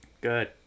Good